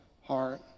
heart